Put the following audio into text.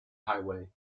highway